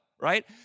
right